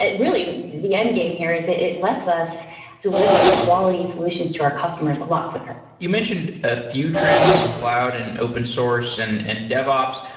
really, the endgame here is it it lets us deliver quality solutions to our customers a lot quicker. you mentioned a few trends, cloud, and open source, and and dev ops.